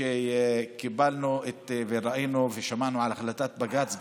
כשקיבלנו וראינו ושמענו את החלטת בג"ץ,